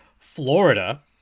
florida